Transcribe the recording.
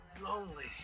lonely